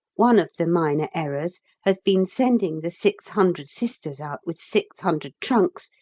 one of the minor errors has been sending the six hundred sisters out with six hundred trunks,